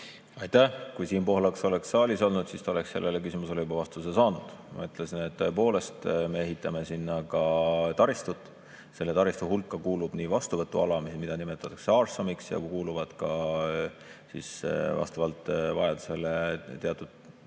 Aitäh! Kui Siim Pohlak oleks saalis olnud, siis ta oleks sellele küsimusele juba vastuse saanud. Ma ütlesin, et tõepoolest me ehitame sinna ka taristut. Selle taristu hulka kuulub nii vastuvõtuala, mida nimetatakse RSOM‑alaks ja kuhu kuuluvad vastavalt vajadusele teatud